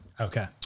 Okay